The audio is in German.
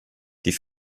die